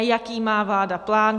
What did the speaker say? Jaký má vláda plán?